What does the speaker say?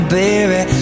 baby